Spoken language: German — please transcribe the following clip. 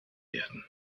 werden